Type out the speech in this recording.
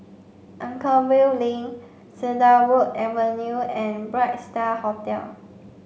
Anchorvale Link Cedarwood Avenue and Bright Star Hotel